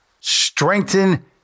strengthen